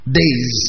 days